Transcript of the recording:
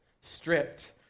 stripped